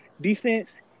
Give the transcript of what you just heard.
defense